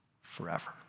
forever